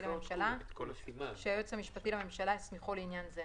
לממשלה שהיועץ המשפטי לממשלה הסמיכו לעניין זה.